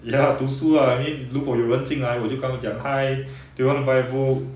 ya 读书啦 I mean 如果有人进来我就跟他们讲 hi do you want to buy a book